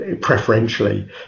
preferentially